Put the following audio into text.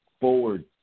forward